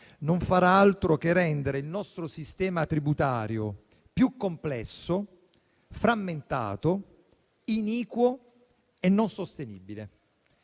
non farà altro che rendere il nostro sistema tributario più complesso, frammentato, iniquo e non sostenibile.